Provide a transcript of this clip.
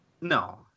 No